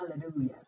Hallelujah